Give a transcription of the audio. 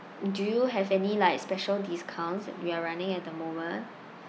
do you have any like special discounts that you are running at the moment